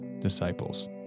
disciples